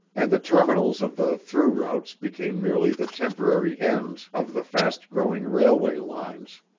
and the terminals of the through routes became merely the temporary ends of the fast growing railway lines.